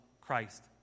Christ